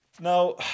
Now